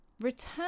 return